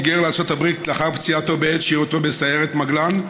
היגר לארצות הברית לאחר פציעתו בעת שירותו בסיירת מגלן,